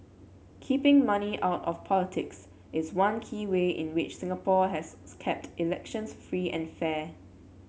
keeping money out of politics is one key way in which Singapore has kept elections free and fair